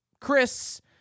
Chris